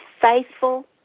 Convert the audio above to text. faithful